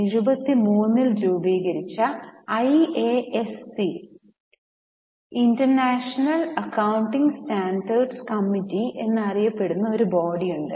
1973 ൽ രൂപീകരിച്ച IASC international accounting standard committee എന്നറിയപ്പെടുന്ന ഒരു ബോഡി ഉണ്ട്